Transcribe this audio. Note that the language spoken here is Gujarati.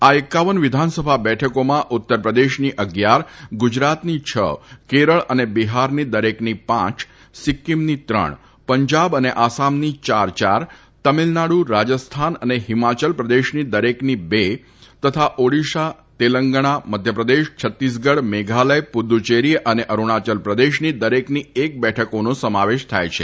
આ એકાવન વિધાનસભા બેઠકોમાં ઉત્તર પ્રદેશની અગીયાર ગુજરાતી છ કેરળ અને બિહારની દરેકની પાંચ સિકકીમની ત્રણ પંજાબ અને આસામની ચાર ચાર તમીલનાડુ રાજસ્થાન અને હિમાચલ પ્રદેશની દરેકની બે તથા ઓડીસ્સા તેલંગણા મધ્યપ્રદેશ છત્તીસગઢ મેઘાલય પુદુચ્ચેરી અને અરુણાયલ પ્રદેશની દરેકની એક બેઠકોનો સમાવેશ થાય છે